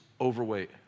overweight